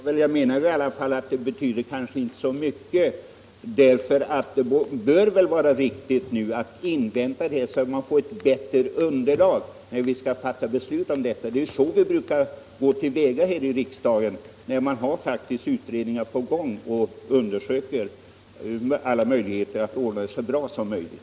Herr talman! Att vänta med beslut i detta fall betyder kanske inte så mycket. Det bör vara riktigt att invänta ett bättre underlag för att kunna fatta beslut i frågan. Det är så vi brukar gå till väga här i riksdagen när utredningar pågår som undersöker möjligheterna att ordna saker och ting så bra som möjligt.